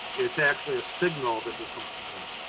it's actually a signal that there's something wrong.